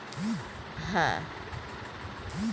অন্য দেশে অনেক ব্যাঙ্কগুলো কাজ করায়